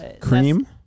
cream